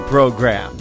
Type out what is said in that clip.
Program